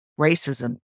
racism